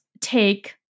take